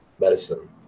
medicine